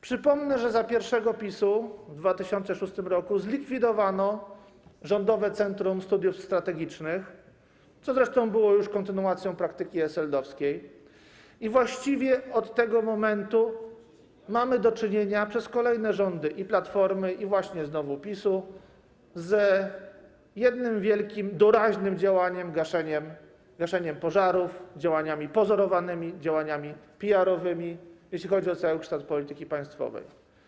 Przypomnę, że za pierwszego PiS-u, w 2006 r., zlikwidowano Rządowe Centrum Studiów Strategicznych, co zresztą było kontynuacją praktyki SLD-owskiej, i właściwie od tego momentu mamy do czynienia przez kolejne rządy i Platformy, i właśnie znowu PiS-u z jednym wielkim doraźnym działaniem, gaszeniem pożarów, działaniami pozorowanymi, działaniami PR-owskimi, jeśli chodzi o całokształt polityki państwowej.